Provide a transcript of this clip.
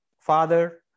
Father